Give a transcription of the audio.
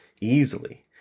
easily